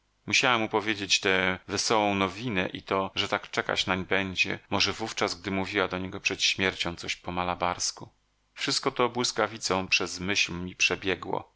mu powiedzieć tę wesołą nowinę i to że tak czekać nań będzie może wówczas gdy mówiła do niego przed śmiercią coś po malabarsku wszystko to błyskawicą przez myśl mi przebiegło